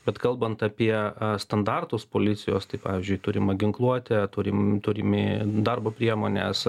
bet kalbant apie a standartus policijos tai pavyzdžiui turim ginkluotę turim turimi darbo priemones